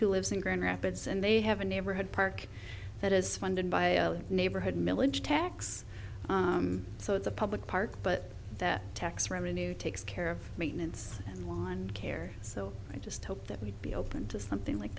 who lives in grand rapids and they have a neighborhood park that is funded by a neighborhood milage tax so it's a public park but the tax revenue takes care of maintenance on care so i just hope that we'd be open to something like